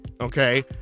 okay